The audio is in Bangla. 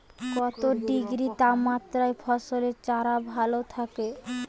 কত ডিগ্রি তাপমাত্রায় ফসলের চারা ভালো থাকে?